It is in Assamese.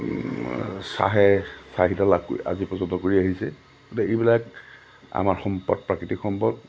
চাহে চাহিদা লাভ আজি পৰ্যন্ত কৰি আহিছে গতিকে এইবিলাক আমাৰ সম্পদ প্ৰাকৃতিক সম্পদ